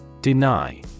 Deny